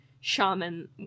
shaman